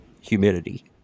humidity